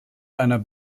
einer